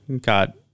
got